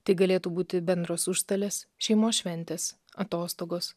tai galėtų būti bendros užstalės šeimos šventės atostogos